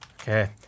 Okay